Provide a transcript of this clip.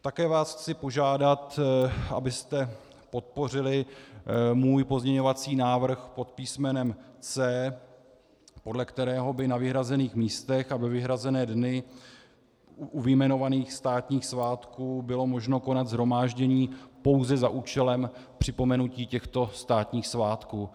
Také vás chci požádat, abyste podpořili můj pozměňovací návrh pod písmenem C, podle kterého by na vyhrazených místech a ve vyhrazené dny u vyjmenovaných státních svátků bylo možno konat shromáždění pouze za účelem připomenutí těchto státních svátků.